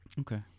Okay